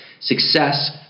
success